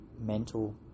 mental